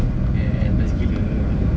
yes best gila